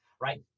right